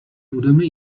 budeme